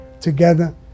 together